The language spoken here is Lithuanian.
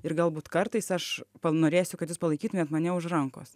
ir galbūt kartais aš panorėsiu kad jūs palaikytumėt mane už rankos